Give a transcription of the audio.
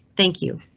thank you.